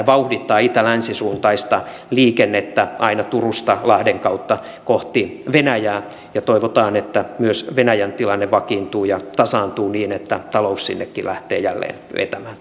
vauhdittaa itä länsisuuntaista liikennettä aina turusta lahden kautta kohti venäjää ja toivotaan että myös venäjän tilanne vakiintuu ja tasaantuu niin että kauppa sinnekin lähtee jälleen vetämään